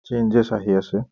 changes আহি আছে